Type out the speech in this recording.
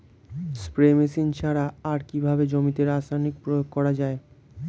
Spray machine ছাড়া আর কিভাবে জমিতে রাসায়নিক প্রয়োগ করা যায়?